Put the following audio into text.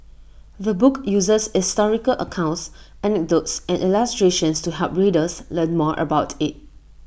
the book uses historical accounts anecdotes and illustrations to help readers learn more about IT